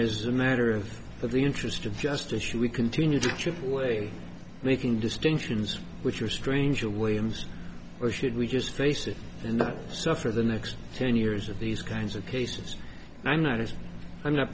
is a matter of the interest of justice should we continue to chip away making distinctions which are stranger williams or should we just face it and not suffer the next ten years of these kinds of cases i notice i'm not